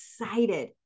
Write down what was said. excited